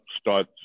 start